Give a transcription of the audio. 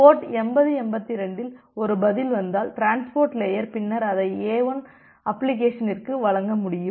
board 8082 இல் ஒரு பதில் வந்தால் டிரான்ஸ்போர்ட் லேயர் பின்னர் அதை A1 அப்ளிகேஷனிற்கு வழங்க முடியும்